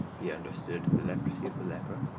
he understood the leprosy of the leper,